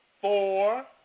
four